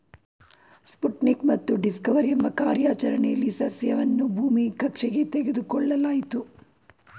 Sputnik ಮತ್ತು discover ಎಂಬ ಕಾರ್ಯಾಚರಣೆಲಿ ಸಸ್ಯವನ್ನು ಭೂಮಿ ಕಕ್ಷೆಗೆ ತೆಗೆದುಕೊಳ್ಳಲಾಯ್ತು